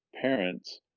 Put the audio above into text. parents